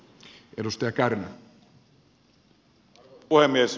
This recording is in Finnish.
arvoisa puhemies